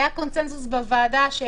היה קונצנזוס בוועדה קואליציה ואופוזיציה